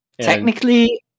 Technically